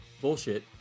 bullshit